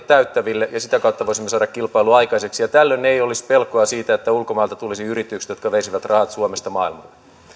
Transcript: täyttäville ja sitä kautta voisimme saada kilpailua aikaiseksi tällöin ei olisi pelkoa siitä että ulkomailta tulisi yrityksiä jotka veisivät rahat suomesta maailmalle